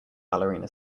ballerina